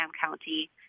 County